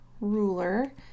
ruler